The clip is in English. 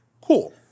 cool